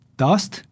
dust